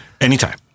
Anytime